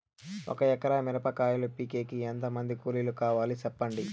ఒక ఎకరా మిరప కాయలు పీకేకి ఎంత మంది కూలీలు కావాలి? సెప్పండి?